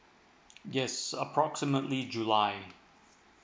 yes approximately july